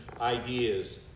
ideas